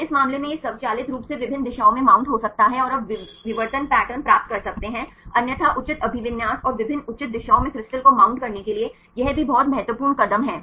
तो इस मामले में यह स्वचालित रूप से विभिन्न दिशाओं में माउंट हो सकता है और आप विवर्तन पैटर्न प्राप्त कर सकते हैं अन्यथा उचित अभिविन्यास और विभिन्न उचित दिशाओं में क्रिस्टल को माउंट करने के लिए यह भी बहुत महत्वपूर्ण कदम है